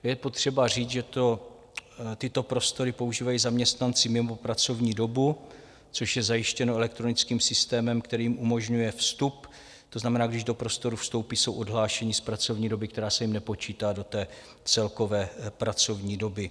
Je potřeba říct, že tyto prostory používají zaměstnanci mimo pracovní dobu, což je zajištěno elektronickým systémem, který jim umožňuje vstup to znamená, když do prostoru vstoupí, jsou odhlášeni z pracovní doby, která se jim nepočítá do celkové pracovní doby.